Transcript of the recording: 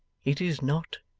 it is not,